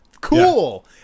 Cool